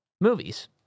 movies